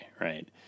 right